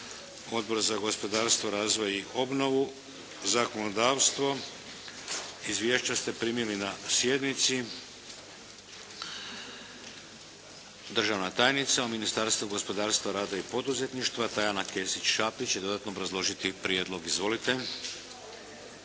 Odbor za gospodarstvo, razvoj i obnovu, zakonodavstvo. Izvješća ste primili na sjednici. Državna tajnica u Ministarstvu gospodarstva, rada i poduzetništva Tajana Kesić-Šapić će dodatno obrazložiti prijedlog. Izvolite.